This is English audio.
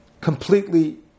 completely